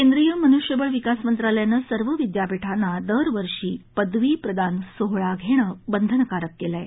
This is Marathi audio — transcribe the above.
केंद्रीय मनृष्यबळ विकास मंत्रालयानं सर्व विद्यापीठांना दरवर्षी प्रदवी प्रदान सोहळा घेणं बंधनकारक केलं आहे